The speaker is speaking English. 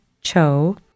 cho